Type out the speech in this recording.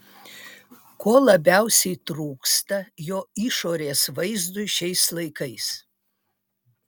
ko labiausiai trūksta jo išorės vaizdui šiais laikais